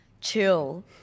chill